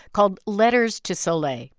called, letters to soleil,